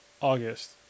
August